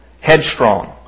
headstrong